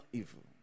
evil